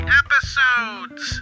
episodes